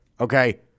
Okay